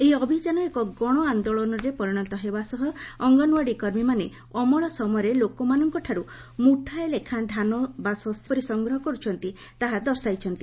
ଏହି ଅଭିଯାନ ଏକ ଗଣ ଆନ୍ଦୋଳନରେ ପରିଶତ ହେବ ସହ ଅଙ୍ଗନଓ୍ୱାଡ଼ି କର୍ମୀମାନେ ଅମଳ ସମୟରେ ଲୋକଙ୍ଙଠାରୁ ମୁଠାଏ ଲେଖା ଧାନ ବା ଶସ୍ୟ କିପରି ସଂଗ୍ରହ କରୁଛନ୍ତି ତାହା ଦର୍ଶାଇଛନ୍ତି